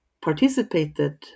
participated